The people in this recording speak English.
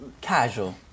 casual